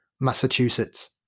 Massachusetts